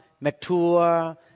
mature